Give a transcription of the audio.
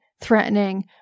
threatening